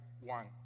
one